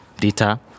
data